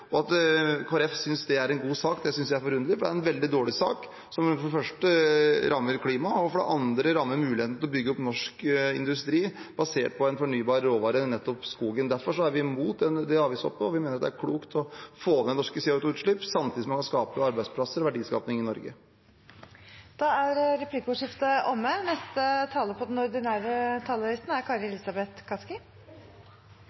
At Kristelig Folkeparti synes det er en god sak, synes jeg er forunderlig, for det er en veldig dårlig sak som for det første rammer klimaet, og som for det andre rammer muligheten til å bygge opp norsk industri basert på en fornybar råvare, nettopp skogen. Derfor er vi imot det avgiftshoppet, og vi mener at det er klokt å få ned norske CO 2 -utslipp samtidig som man skaper arbeidsplasser og verdier i Norge. Replikkordskiftet er omme.